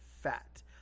fat